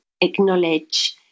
acknowledge